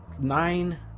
nine